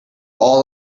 all